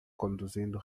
conduzindo